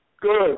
Good